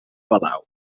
palau